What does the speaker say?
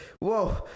Whoa